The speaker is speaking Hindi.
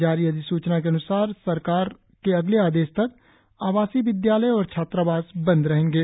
जारी अधिसुचना के अनुसार सरकार के अगले आदेश तक आवासीय विद्यालय और छात्रावास बंद रहेंगे